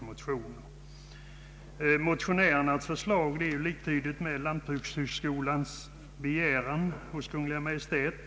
Motionärernas förslag är liktydigt med Lantbrukshögskolans begäran hos Kungl. Maj:t.